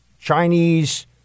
Chinese